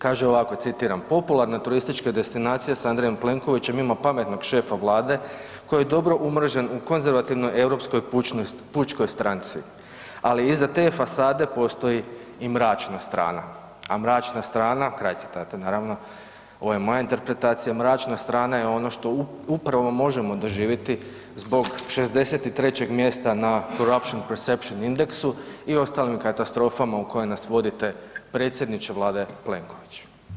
Kaže ovako, citiram, popularne turističke destinacije s Andrejem Plenkovićem, ima pametnog šefa Vlade koji je dobro umrežen u Konzervativnoj europskoj pučkoj stranci, ali iza te fasade postoji i mračna strana, a mračna strana, kraj citata, naravno, ovo je moja interpretacija, mračna strana je ono što upravo možemo doživjeti zbog 63. mjesta na Corruption Perceptions Indexu i ostalim katastrofama u koje nas vodite, predsjedniče Vlade Plenković.